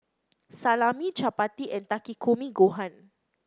Salami Chapati and Takikomi Gohan